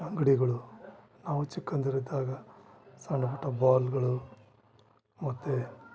ಅಂಗಡಿಗಳು ನಾವು ಚಿಕ್ಕಂದಿರಿದ್ದಾಗ ಸಣ್ಣ ಪುಟ್ಟ ಬಾಲ್ಗಳು ಮತ್ತು